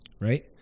right